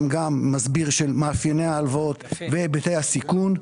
מסביר של מאפייני הלוואות והיבטי הסיכון.